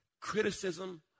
Criticism